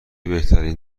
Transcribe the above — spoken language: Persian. بهترین